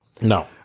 No